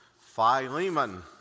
Philemon